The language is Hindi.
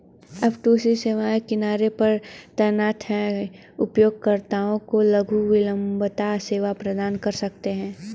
एफ.टू.सी सेवाएं किनारे पर तैनात हैं, उपयोगकर्ताओं को लघु विलंबता सेवा प्रदान कर सकते हैं